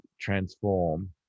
transform